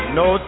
no